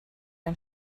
ein